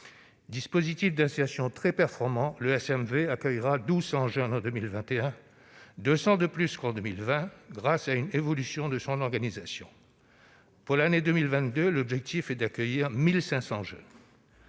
dispositif d'insertion très performant accueillera 1 200 jeunes en 2021, soit 200 de plus qu'en 2020, grâce à une évolution de son organisation. Pour l'année 2022, l'objectif est d'accueillir 1 500 jeunes.